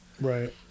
Right